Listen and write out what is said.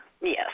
Yes